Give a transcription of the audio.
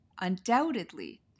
undoubtedly